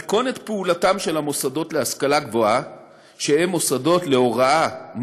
מתכונת פעולתם של המוסדות להשכלה גבוהה שהם מוסדות להוראה,